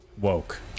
woke